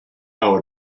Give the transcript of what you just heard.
how